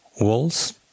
walls